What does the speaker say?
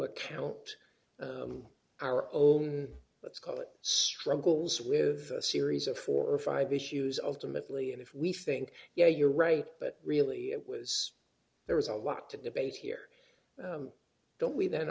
account the our own let's call it struggles with a series of four or five issues ultimately and if we think yeah you're right but really it was there was a lot to debate here don't we th